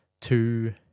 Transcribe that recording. two